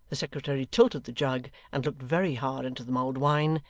the secretary tilted the jug, and looked very hard into the mulled wine,